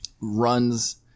runs